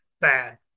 bad